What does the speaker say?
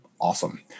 awesome